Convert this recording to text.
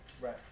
Right